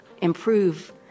improve